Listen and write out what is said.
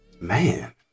man